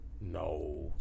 No